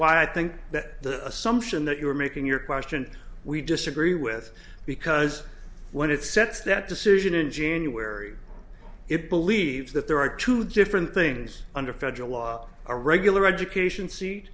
why i think that the assumption that you are making your question we disagree with because when it sets that decision in june you wear it believes that there are two different things under federal law a regular education s